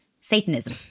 Satanism